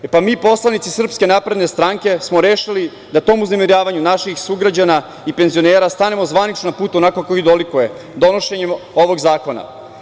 E pa mi, poslanici SNS smo rešili da tom uznemiravanju naših sugrađana i penzionera stanemo zvanično na put onako kako i dolikuje, donošenjem ovog zakona.